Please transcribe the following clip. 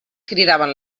cridaven